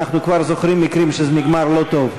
אנחנו כבר זוכרים מקרים שזה נגמר לא טוב,